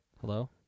Hello